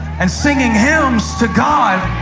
and singing hymns to god,